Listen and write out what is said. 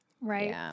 Right